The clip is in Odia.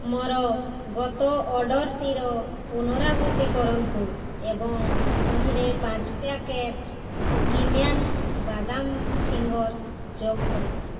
ମୋର ଗତ ଅର୍ଡ଼ର୍ଟିର ପୁନରାବୃତ୍ତି କରନ୍ତୁ ଏବଂ ତହିଁରେ ପାଞ୍ଚ ପ୍ୟାକେଟ୍ କୁକିମ୍ୟାନ୍ ବାଦାମ ଫିଙ୍ଗର୍ସ୍ ଯୋଗ କରନ୍ତୁ